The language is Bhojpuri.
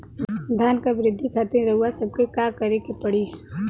धान क वृद्धि खातिर रउआ सबके का करे के पड़ी?